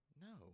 No